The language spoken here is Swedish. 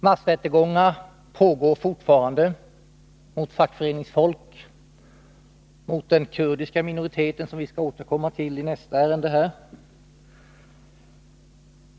Massrättegångar pågår fortfarande mot fackföreningsfolk och mot den kurdiska minoriteten, som vi skall återkomma till i nästa ärende.